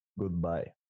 Goodbye